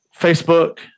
Facebook